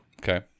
Okay